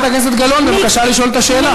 חברת הכנסת גלאון, בבקשה לשאול את השאלה.